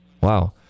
Wow